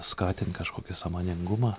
skatint kažkokį sąmoningumą